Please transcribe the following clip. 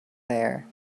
there